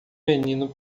menino